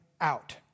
out